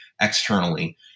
externally